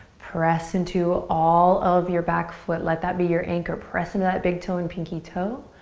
press into all of your back foot. let that be your anchor. press into that big toe and pinky toe.